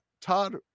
Todd